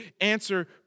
answer